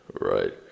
right